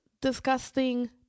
disgusting